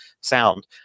sound